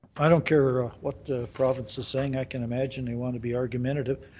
i don't care what the province is saying. i can imagine they want to be argumentative.